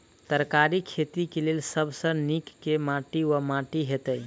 तरकारीक खेती केँ लेल सब सऽ नीक केँ माटि वा माटि हेतै?